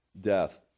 death